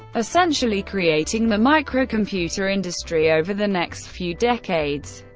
essentially creating the microcomputer industry over the next few decades.